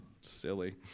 Silly